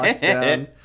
down